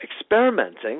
experimenting